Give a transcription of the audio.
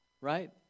right